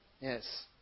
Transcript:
Yes